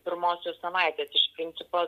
pirmosios savaitės iš principo